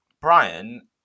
Brian